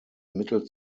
mittel